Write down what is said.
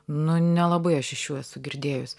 nu nelabai aš iš jų esu girdėjus